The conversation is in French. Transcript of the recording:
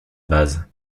base